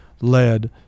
led